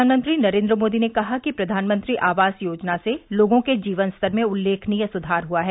प्रधानमंत्री नरेन्द्र मोदी ने कहा कि प्रधानमंत्री आवास योजना से लोगों के जीवनस्तर में उल्लेखनीय सुधार हुआ है